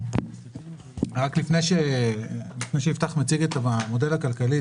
רק לפני שיפתח מציג את המודל הכלכלי,